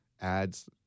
ads